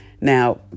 Now